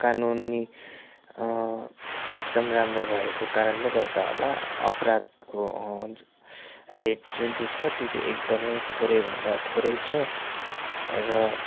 कानुनी एकदम राम्रो भएको कारणले गर्दा होला अपराधको रेट जुन चाहिँ छ त्यो चाहिँ एकदमै थोरैभन्दा थोरै छ र